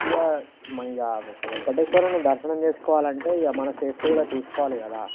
ఇక ఇక వేంకటేశ్వరుని దర్శనం చేసుకోవాలంటే ఇక మన సేఫ్టీ కూడా చూసుకోవాలి కదా